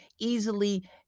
easily